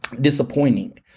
disappointing